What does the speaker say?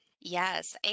Yes